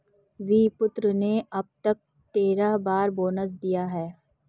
विप्रो ने अब तक तेरह बार बोनस दिया है